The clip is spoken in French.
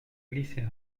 glisser